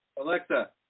Alexa